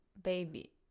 Baby